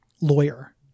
lawyer